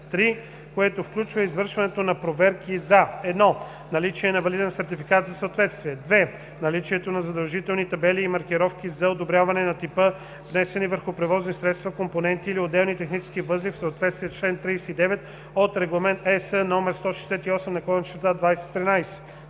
г.), което включва извършването на проверки за: 1. наличието на валиден сертификат за съответствие; 2. наличието на задължителните табели и маркировки за одобряване на типа, нанесени върху превозни средства, компоненти или отделни технически възли в съответствие с чл. 39 от Регламент (ЕС) № 168/2013;